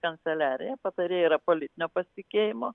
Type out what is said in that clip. kanceliarija patarėjai yra politinio pasitikėjimo